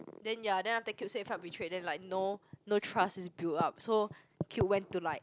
then ya then after Cube said felt betrayed and then like no no trust is built up so Cube went to like